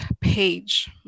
page